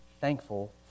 thankful